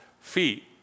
feet